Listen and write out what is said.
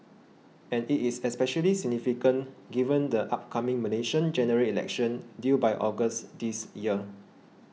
and it is especially significant given the upcoming Malaysian General Election due by August this year